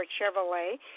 Chevrolet